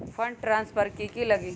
Fund transfer कि की लगी?